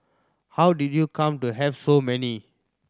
how did you come to have so many